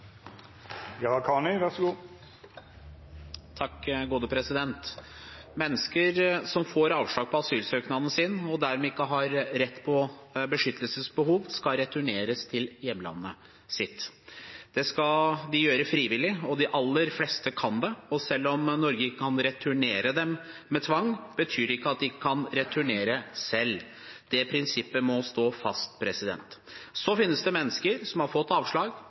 dermed ikke har rett på beskyttelsesbehov, skal returneres til hjemlandet sitt. Det skal de gjøre frivillig, og de aller fleste kan det. Selv om Norge ikke kan returnere dem med tvang, betyr det ikke at de ikke kan returnere selv. Det prinsippet må stå fast. Så finnes det mennesker som har fått avslag